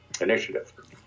initiative